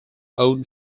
own